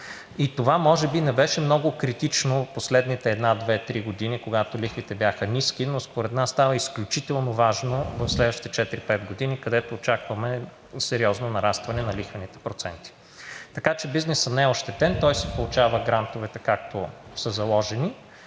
Това може би не беше много критично в последните една, две, три години, когато лихвите бяха ниски, но според нас става изключително важно в следващите четири, пет години, където очакваме сериозно нарастване на лихвените проценти. Така че бизнесът не е ощетен – той си получава грантовете, както са заложени,